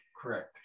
correct